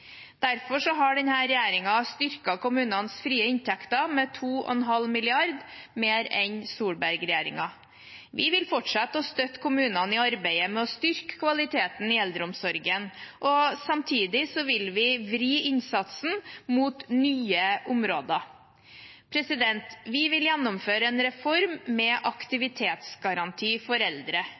Derfor har denne regjeringen styrket kommunenes frie inntekter med 2,5 mrd. kr mer enn Solberg-regjeringen. Vi vil fortsette å støtte kommunene i arbeidet med å styrke kvaliteten i eldreomsorgen, og samtidig vil vi vri innsatsen mot nye områder. Vi vil gjennomføre en reform med aktivitetsgaranti for eldre,